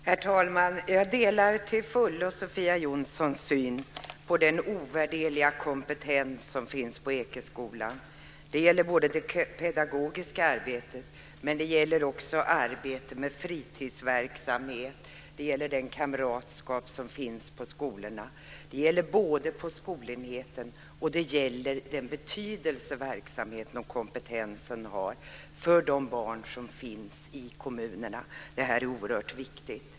Herr talman! Jag delar till fullo Sofia Jonssons syn när det gäller den ovärderliga kompetens som finns på Ekeskolan. Det gäller både det pedagogiska arbetet och arbetet med fritidsverksamhet. Det gäller också den kamratskap som finns på skolorna. Det gäller såväl skolenheten som den betydelse som verksamheten och kompetensen har för barnen ute i kommunerna. Detta är oerhört viktigt.